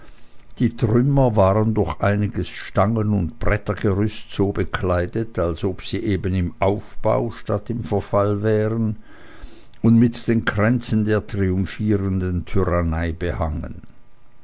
die trümmer waren durch einiges stangen und brettergerüst so bekleidet als ob sie eben im aufbau statt im verfalle wären und mit den kränzen der triumphierenden tyrannei